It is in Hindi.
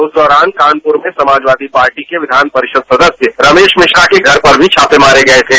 उस दौरान कानपुर में समाजवादी पार्टी के विधानपरिषद सदस्य रमेश मिश्रा के घर पर भी छापे मारे गए थे